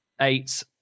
eight